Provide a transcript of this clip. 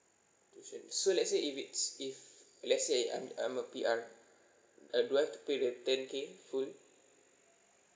tuition so let's say if it's if let's say I'm I'm a P_R uh do I have to pay the ten K full